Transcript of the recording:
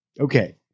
okay